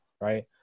right